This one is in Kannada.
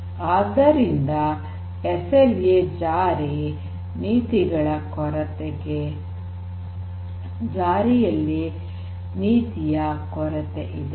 ಆದ್ದರಿಂದ ಎಸ್ಎಲ್ಎ ಜಾರಿಯಲ್ಲಿ ನೀತಿಗಳ ಕೊರತೆ ಇದೆ